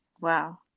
wow